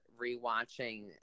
rewatching